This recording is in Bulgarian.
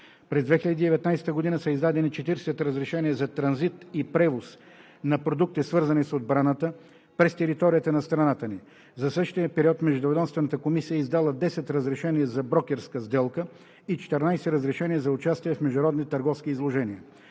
През 2019 г. са издадени 40 разрешения за транзит и превоз на продукти, свързани с отбраната, през територията на страната ни. За същия период Междуведомствената комисия е издала 10 разрешения за брокерска сделка и 14 разрешения за участия в международни търговски изложения.